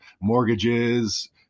mortgages